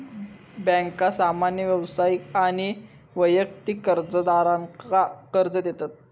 बँका सामान्य व्यावसायिक आणि वैयक्तिक कर्जदारांका कर्ज देतत